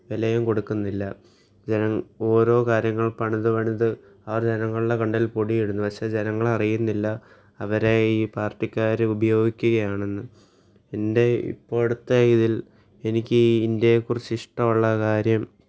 വിലയും കൊടുക്കുന്നില്ല ജനങ്ങൾ ഓരോ കാര്യങ്ങൾ പണിതു പണിത് അവർ ജനങ്ങളുടെ കണ്ണിൽ പൊടിയിടുന്നു പക്ഷെ ജനങ്ങൾ അറിയുന്നില്ല അവരെ ഈ പാർട്ടിക്കാർ ഉപയോഗിക്കുകയാണെന്ന് എന്റെ ഇപ്പോഴത്തെ ഇതിൽ എനിക്ക് ഇന്ത്യയെ കുറിച്ച് ഇഷ്ട്ടമുള്ള കാര്യം